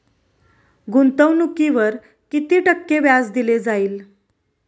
गुंतवणुकीवर किती टक्के व्याज दिले जाईल?